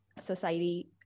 society